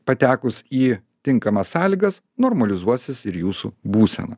patekus į tinkamas sąlygas normalizuosis ir jūsų būsena